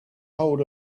hold